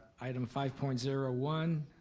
item five point zero one,